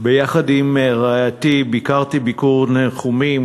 ביקרתי יחד עם רעייתי ביקור ניחומים,